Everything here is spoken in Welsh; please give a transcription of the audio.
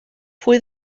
pwy